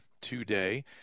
today